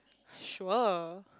sure